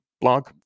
blog